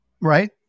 right